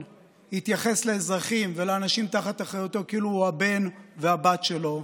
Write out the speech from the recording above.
יתייחס לאזרחים ולאנשים תחת אחריותו כאילו הם הבן והבת שלו,